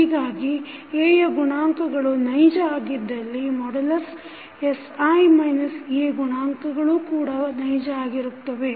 ಹೀಗಾಗಿ Aಯ ಗುಣಾಂಕಗಳು ನೈಜ ಆಗಿದ್ದಲ್ಲಿ sI A ಗುಣಾಂಕಗಳೂ ಕೂಡ ನೈಜ ಆಗಿರುತ್ತವೆ